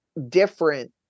different